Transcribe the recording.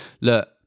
look